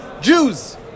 Jews